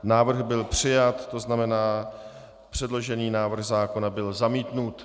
Návrh byl přijat, to znamená, že předložený návrh zákona byl zamítnut.